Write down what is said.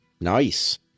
Nice